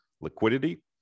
liquidity